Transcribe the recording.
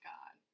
God